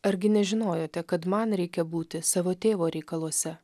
argi nežinojote kad man reikia būti savo tėvo reikaluose